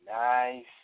nice